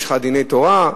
יש לך דיני תורה,